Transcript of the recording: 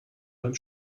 beim